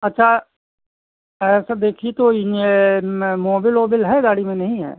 अच्छा ऐसा देखिए तो इन यह मोबिल ओबिल है गाड़ी में नहीं है